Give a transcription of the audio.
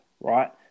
right